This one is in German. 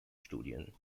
studien